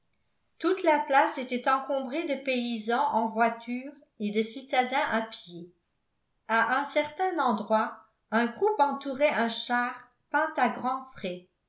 toute la place était encombrée de paysans en voiture et de citadins à pied a un certain endroit un groupe entourait un char peint à grand frais